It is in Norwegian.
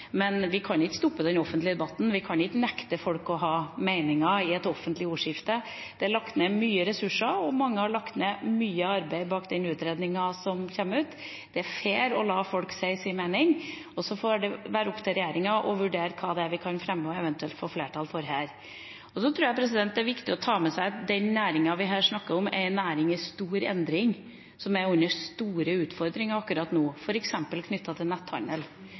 Men vi kan ikke stoppe den offentlige debatten, vi kan ikke nekte folk å ha meninger i et offentlig ordskifte. Det er lagt ned mye ressurser og mye arbeid bak den utredningen som kommer. Det er fair å la folk si sin mening, og så får det være opp til regjeringa å vurdere hva vi kan fremme og eventuelt få flertall for her. Så tror jeg det er viktig å ta med seg at den næringen vi her snakker om, er en næring i stor endring, som har store utfordringer akkurat nå, f.eks. knyttet til netthandel.